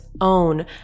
own